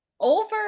over